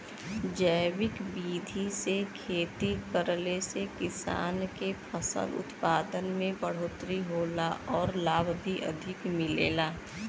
जैविक विधि से खेती करले से किसान के फसल उत्पादन में बढ़ोतरी होला आउर लाभ भी अधिक मिलेला